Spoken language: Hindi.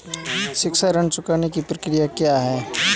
शिक्षा ऋण चुकाने की प्रक्रिया क्या है?